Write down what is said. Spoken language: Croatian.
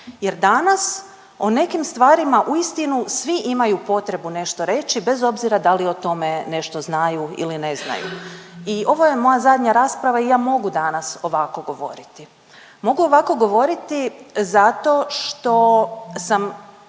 jer danas o nekim stvarima uistinu svi imaju potrebu nešto reći bez obzira da li o tome nešto znaju ili ne znaju. I ovo je moja zadnja rasprava i ja mogu danas ovako govoriti. Mogu ovako govoriti zato što sam